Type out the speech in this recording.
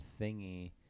thingy